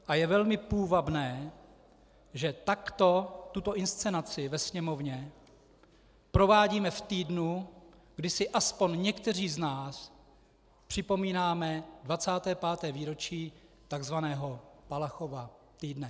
A je velmi půvabné, že takto tuto inscenaci ve Sněmovně provádíme v týdnu, kdy si aspoň někteří z nás připomínáme 25. výročí takzvaného Palachova týdne.